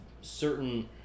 certain